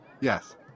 Yes